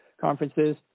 conferences